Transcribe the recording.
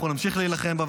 אנחנו נמשיך להילחם בה,